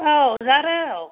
औ जारौ